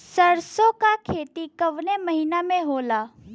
सरसों का खेती कवने महीना में होला?